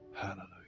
Hallelujah